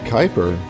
Kuiper